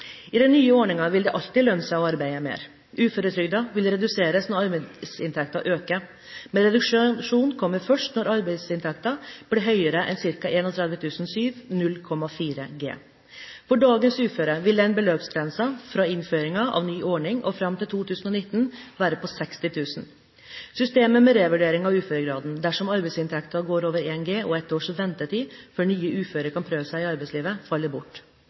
I den nye ordningen vil det alltid lønne seg å arbeide mer. Uføretrygden vil reduseres når arbeidsinntekten øker, men reduksjonen kommer først når arbeidsinntekten blir høyere enn ca 31 700 kr., som er 0,4 G. For dagens uføre vil denne beløpsgrensen fra innføringen av ny ordning og fram til 2019 være på 60 000 kr. Systemet med revurdering av uføregraden dersom arbeidsinntekten går over 1 G og ett års ventetid før nye uføre kan prøve seg i arbeidslivet, faller bort,